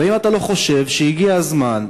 האם אתה לא חושב שהגיע הזמן,